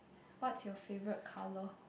what's your favorite color